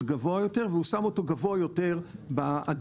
גבוה יותר והוא שם אותו גבוה יותר בעדיפות.